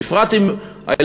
בפרט אם הילדים,